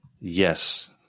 Yes